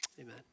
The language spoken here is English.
amen